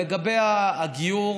לגבי הגיור,